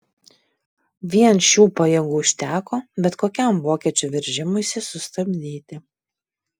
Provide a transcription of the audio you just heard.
vien šių pajėgų užteko bet kokiam vokiečių veržimuisi sustabdyti